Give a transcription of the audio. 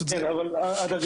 אתה אומר איך זה יכול להיות.